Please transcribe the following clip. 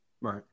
right